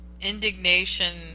indignation